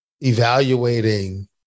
evaluating